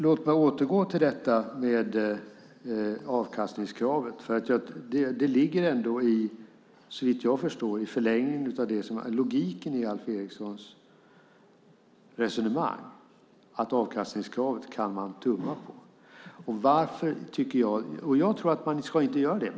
Låt mig återgå till detta med avkastningskravet. Såvitt jag förstår ligger det i förlängningen av det som är logiken i Alf Erikssons resonemang att avkastningskravet kan man tumma på. Jag tror inte att man ska göra det.